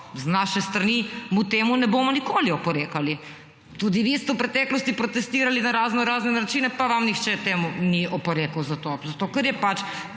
z naše strani mu temu ne bomo nikoli oporekali. Tudi vi ste v preteklosti protestirali na raznorazne načine, pa vam nihče temu ni oporekal zato. Zato ker je pač